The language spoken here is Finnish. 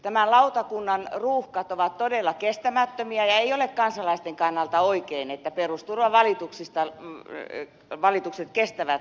tämän lautakunnan ruuhkat ovat todella kestämättömiä ja ei ole kansalaisten kannalta oikein että perusturvavalitukset kestävät näin kauan